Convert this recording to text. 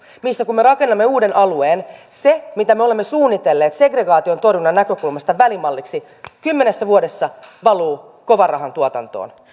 missä kun me rakennamme uuden alueen se mitä me olemme suunnitelleet segregaation torjunnan näkökulmasta välimalliksi kymmenessä vuodessa valuu kovanrahan tuotantoon